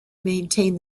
maintain